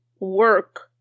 work